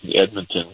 Edmonton